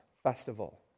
festival